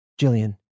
Jillian